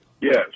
Yes